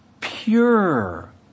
pure